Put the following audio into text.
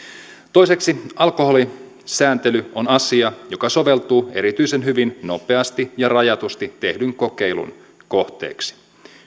toiseksi alkoholisääntely on asia joka soveltuu erityisen hyvin nopeasti ja rajatusti tehdyn kokeilun kohteeksi